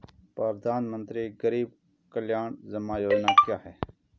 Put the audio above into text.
प्रधानमंत्री गरीब कल्याण जमा योजना क्या है?